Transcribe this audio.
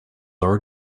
are